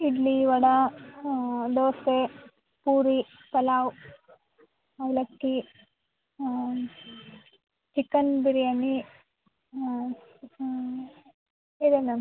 ಇಡ್ಲಿ ವಡೆ ದೋಸೆ ಪೂರಿ ಪಲಾವು ಅವಲಕ್ಕಿ ಚಿಕನ್ ಬಿರ್ಯಾನಿ ಇದೆ ಮ್ಯಾಮ್